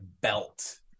belt